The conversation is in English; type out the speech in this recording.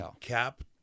Cap